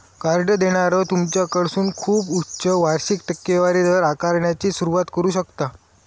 card देणारो तुमच्याकडसून खूप उच्च वार्षिक टक्केवारी दर आकारण्याची सुरुवात करू शकता